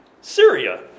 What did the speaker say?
Syria